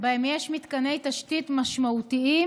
שבהם יש מתקני תשתית משמעותיים